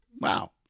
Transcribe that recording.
wow